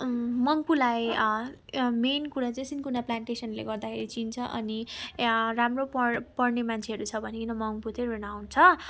मङ्पुलाई main कुरा चाहिँ cinchona प्लानटेसनले गर्दाखेरि चिन्छ अनि राम्रो पढ्ने मान्छेहरू छ भने देखिन मङ्पु चैँ रिनाउन्ड छ